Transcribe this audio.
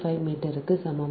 5 மீட்டருக்கு சமம்